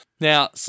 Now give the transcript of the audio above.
Now